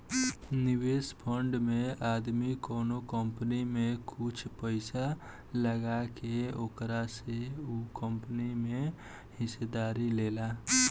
निवेश फंड में आदमी कवनो कंपनी में कुछ पइसा लगा के ओकरा से उ कंपनी में हिस्सेदारी लेला